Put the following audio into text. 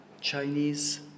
Chinese